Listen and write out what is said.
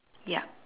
yup